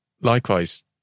likewise